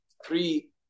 three